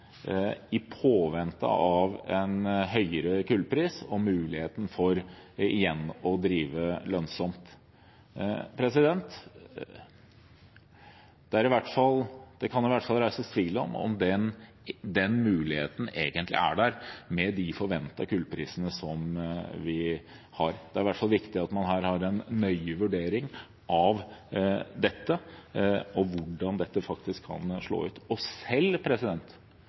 i påvente av en høyere kullpris og muligheten for igjen å drive lønnsomt. Det kan reises tvil om den muligheten egentlig er der, med de forventede kullprisene. Det er i hvert fall viktig at man her har en nøye vurdering av dette, og hvordan det faktisk kan slå ut. Og selv